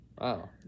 Wow